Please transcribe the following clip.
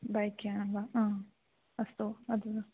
बैक्यानं वा हा अस्तु अद्